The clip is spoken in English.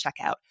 checkout